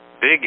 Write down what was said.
big